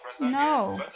No